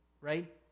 right